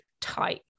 tight